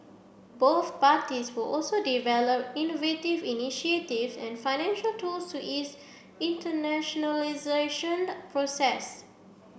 both parties will also develop innovative initiatives and financial tools to ease internationalisation process